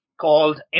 called